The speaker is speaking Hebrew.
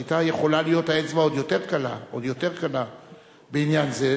היתה יכולה להיות האצבע עוד יותר קלה בעניין זה.